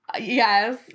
Yes